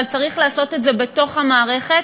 אבל צריך לעשות את זה בתוך המערכת,